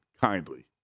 kindly